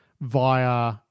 via